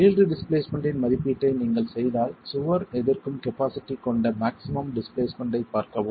yield displacement இன் மதிப்பீட்டை நீங்கள் செய்தால் சுவர் எதிர்க்கும் கபாஸிட்டி கொண்ட மாக்ஸிமம் டிஸ்பிளேஸ்மென்ட் ஐப் பார்க்கவும்